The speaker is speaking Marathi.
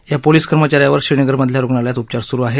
या पोलीस कर्मचाऱ्यावर श्रीनगर मधल्या रुग्णालयात उपचार सुरु आहेत